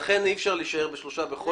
לכן אי אפשר להישאר בשלושה בכל מקרה.